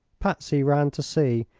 patsy ran to see,